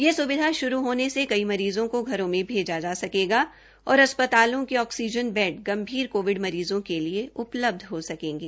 यह सुविधा शुरू होने से कई घरों में भेजा जा सकेगा और अस्पतालों के ऑक्सीजन बेड गम्भीर कोविड मरीजों के लिए उपलब्ध हो सकेंगे